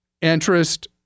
interest